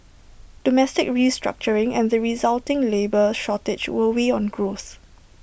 domestic restructuring and the resulting labour shortage will weigh on growth